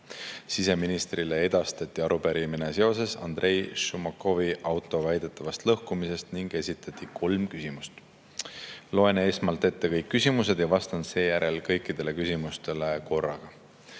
Siseministrile on edastatud arupärimine Andrei Šumakovi auto väidetava lõhkumise kohta ning on esitatud kolm küsimust. Loen esmalt ette kõik küsimused ja vastan seejärel kõikidele küsimustele korraga. Esimene